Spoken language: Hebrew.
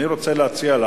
אני רוצה להציע,